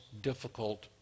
difficult